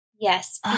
Yes